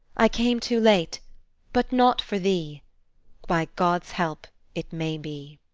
i came too late but not for thee by god's help, it may be.